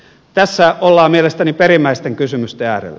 tässä ollaan mielestäni perimmäisten kysymysten äärellä